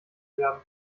werden